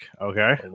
okay